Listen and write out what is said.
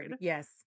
Yes